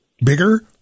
bigger